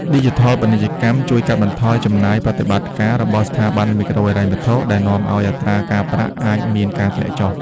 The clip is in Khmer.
ឌីជីថលូបនីយកម្មជួយកាត់បន្ថយចំណាយប្រតិបត្តិការរបស់ស្ថាប័នមីក្រូហិរញ្ញវត្ថុ ដែលនាំឱ្យអត្រាការប្រាក់អាចមានការធ្លាក់ចុះ។